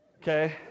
Okay